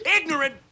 ignorant